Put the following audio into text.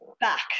back